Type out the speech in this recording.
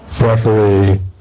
referee